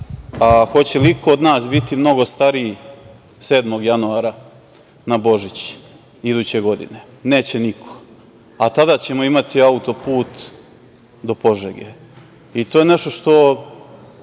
Hoće li iko od nas biti mnogo stariji 7. januara na Božić iduće godine? Neće niko, a tada ćemo imati autoput do Požege. To je nešto što